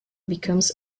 becomes